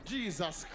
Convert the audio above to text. Jesus